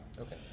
Okay